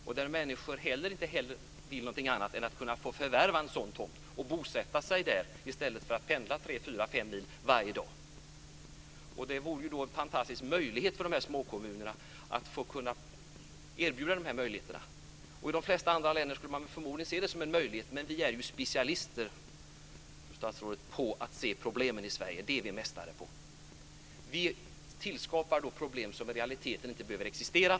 Det finns människor som ingenting hellre vill än att kunna förvärva en sådan tomt och bosätta sig där i stället för att pendla tre fyra fem mil varje dag. Det vore då fantastiskt för dessa små kommuner att kunna erbjuda dessa möjligheter. I de flesta andra länder skulle man förmodligen se detta som en möjlighet. Men vi är specialister, fru statsråd, på att se problemen i Sverige. Det är vi mästare på. Vi skapar problem som i realiteten inte behöver existera.